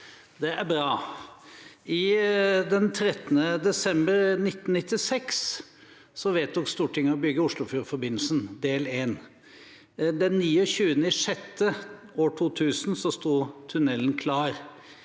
Det er bra. Den 13. desember 1996 vedtok Stortinget å bygge Oslofjordforbindelsen del 1. Den 29. juni i 2000 sto tunellen klar.